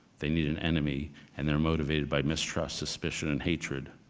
they need an enemy and they're motivated by mistrust, suspicion, and hatred,